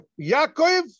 Yaakov